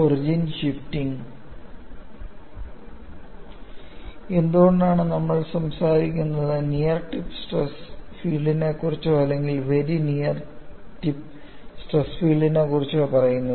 origin shifting എന്തുകൊണ്ടാണ് നമ്മൾ സംസാരിക്കുന്നത് നിയർ ടിപ്പ് സ്ട്രെസ് ഫീൽഡിനെക്കുറിച്ചോ അല്ലെങ്കിൽ വെരി നിയർ ടിപ്പ് സ്ട്രെസ് ഫീൽഡിനെക്കുറിച്ചോ പറയുന്നത്